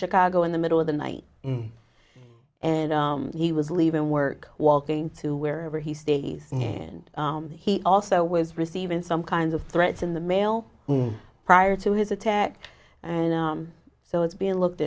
chicago in the middle of the night in and he was leaving work walking to wherever he stays and he also was receiving some kinds of threats in the mail prior to his attack and so it's being looked